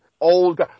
old